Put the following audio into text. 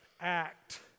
act